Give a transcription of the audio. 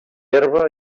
herba